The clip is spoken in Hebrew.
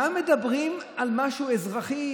כאן מדברים על משהו אזרחי,